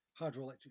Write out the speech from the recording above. hydroelectric